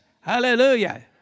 Hallelujah